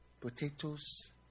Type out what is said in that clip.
potatoes